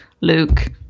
Luke